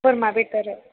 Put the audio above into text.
बोरमा बेदर